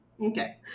Okay